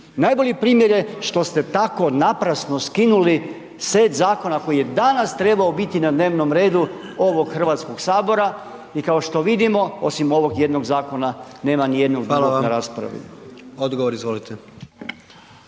Najbolji primjer je što ste tako naprasno skinuli set zakona koji je danas trebao biti na dnevnom redu ovog Hrvatskog sabora. I kao što vidimo osim ovog jednog zakona nema ni jednog drugog na raspravi. **Jandroković,